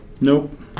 Nope